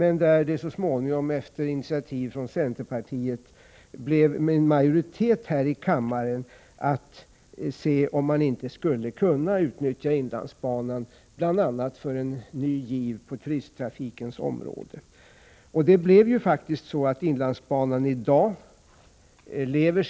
Efter initiativ från centerpartiet blev det emellertid så småningom en majoritet här i kammaren för att se efter om man inte skulle kunna utnyttja inlandsbanan för bl.a. en ny giv på turisttrafikens område. Resultatet blev att inlandsbanan i dag lever.